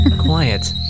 Quiet